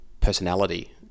personality